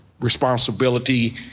responsibility